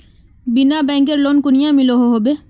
बिना बैंकेर लोन कुनियाँ मिलोहो होबे?